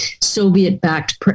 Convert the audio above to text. Soviet-backed